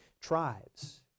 tribes